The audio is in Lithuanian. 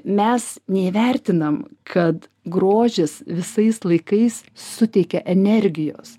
mes neįvertinam kad grožis visais laikais suteikia energijos